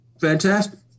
fantastic